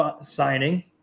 signing